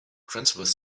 transverse